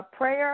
prayer